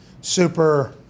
super